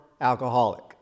alcoholic